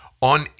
on